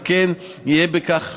וכן יהיה בכך,